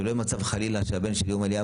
שלא יהיה מצב חלילה שהבן שלי אומר לי,